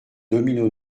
domino